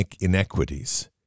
inequities